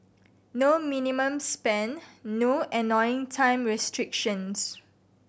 no minimum spend no annoying time restrictions